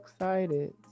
excited